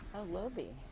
will be